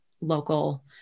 local